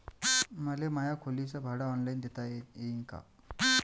मले माया खोलीच भाड ऑनलाईन देता येईन का?